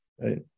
Right